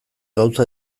gauza